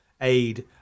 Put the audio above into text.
aid